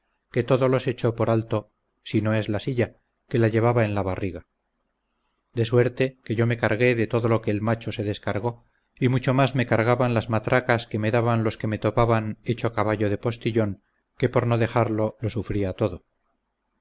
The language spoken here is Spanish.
que todo los echó por alto sino es la silla que la llevaba en la barriga de suerte que yo me cargué de todo lo que el macho se descargó y mucho más me cargaban las matracas que me daban los que me topaban hecho caballo de postillón que por no dejarlo lo sufría todo